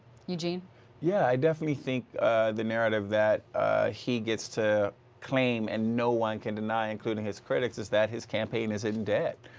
yeah i mean yeah i definitely think the narrative that he gets to claim and no one can deny including his critics is that his campaign is in debt.